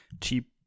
cheap